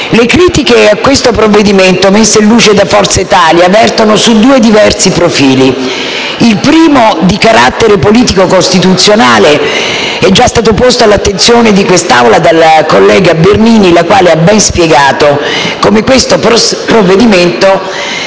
Le critiche a questo provvedimento messe in luce da Forza Italia vertono su due diversi profili. Il primo, di carattere politico-costituzionale, è già stato posto all'attenzione di quest'Aula dalla collega Bernini, la quale ha ben spiegato come questo provvedimento